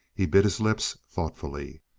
he bit his lips thoughtfully.